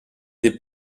des